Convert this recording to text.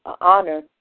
honor